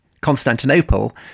Constantinople